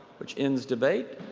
which ends debates?